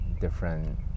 different